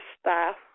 staff